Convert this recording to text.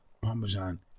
Parmesan